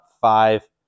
five